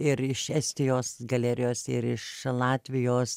ir iš estijos galerijos ir iš latvijos